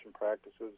practices